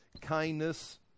kindness